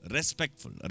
Respectful